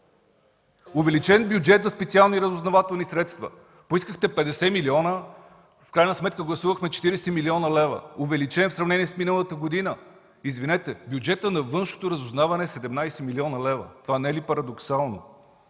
Увеличен бюджет за специални разузнавателни средства. Поискахте 50 милиона, в крайна сметка гласувахме 40 млн. лв. увеличен в сравнение с миналата година. Извинете, но бюджетът на външното разузнаване е 17 млн. лв. Това не е ли парадоксално?